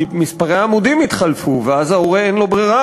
כי מספרי העמודים התחלפו ואז ההורה אין לו ברירה,